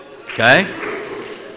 Okay